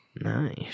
Nice